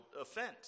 offense